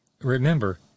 remember